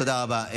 תודה רבה.